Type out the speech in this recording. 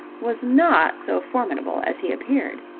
was not so formidable as he appeared.